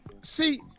See